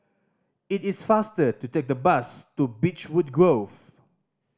it is faster to take the bus to Beechwood Grove